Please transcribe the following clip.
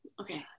Okay